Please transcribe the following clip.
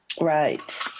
Right